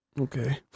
Okay